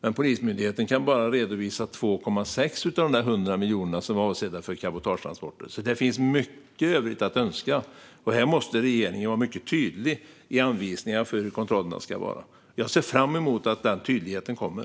Men Polismyndigheten kan bara redovisa 2,6 av de 100 miljoner som var avsedda för cabotagetransporter. Det finns mycket i övrigt att önska. Här måste regeringen vara mycket tydlig i anvisningar för hur kontrollerna ska vara. Jag ser fram emot att den tydligheten kommer.